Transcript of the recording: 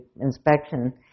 inspection